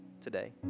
today